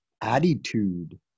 attitude